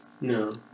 No